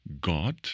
God